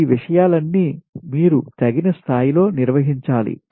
ఈ విషయాలన్నీ మీరు తగిన స్థాయి లో నిర్వహించాలి